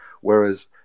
Whereas